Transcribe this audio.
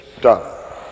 done